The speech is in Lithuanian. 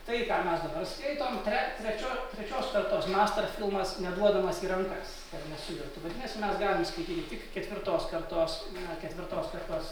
tai ką mes dabar skaitom tre trečio trečios kartos master filmas neduodamas į rankas kad nesuirtų vadinasi mes galime skaityti tik ketvirtos kartos na ketvirtos kartos